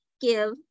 give